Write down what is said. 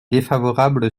défavorable